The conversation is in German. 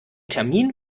termin